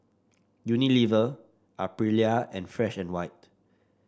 Unilever Aprilia and Fresh And White